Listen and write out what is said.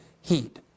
heat